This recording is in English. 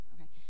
Okay